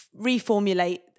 reformulate